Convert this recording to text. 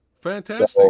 Fantastic